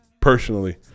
personally